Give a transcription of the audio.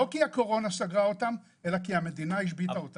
לא כי הקורונה סגרה אותן אלא כי המדינה השביתה אותן.